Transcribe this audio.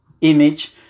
image